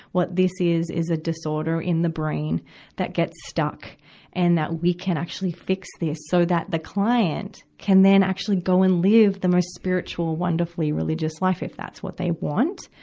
what this is is a disorder in the brain that gets stuck and that we can actually fix this so that the client can then actually go and live the most spiritual, wonderfully religious life, if that's what they want.